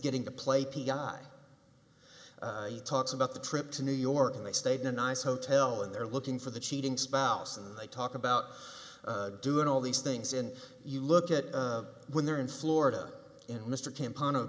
getting to play p r i he talks about the trip to new york and they stayed in a nice hotel and they're looking for the cheating spouse and they talk about doing all these things in you look at when they're in florida in mr camp on